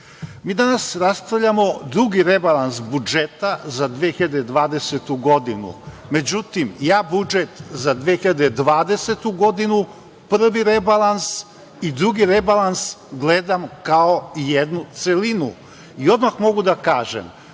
mi danas raspravljamo drugi rebalans budžeta za 2020. godinu. Međutim, ja budžet za 2020. godinu, prvi rebalans i drugi rebalans gledam kao jednu celinu i odmah mogu da kažem